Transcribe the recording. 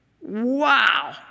Wow